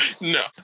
No